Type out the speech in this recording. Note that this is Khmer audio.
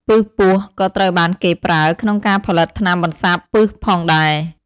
ពិសពស់ក៏ត្រូវបានគេប្រើក្នុងការផលិតថ្នាំបន្សាបពិសផងដែរ។